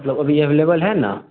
मतलब अभी एवेलेवल है ना